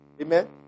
Amen